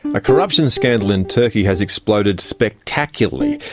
a corruption scandal in turkey has exploded spectacularly.